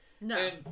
No